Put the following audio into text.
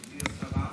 גברתי השרה,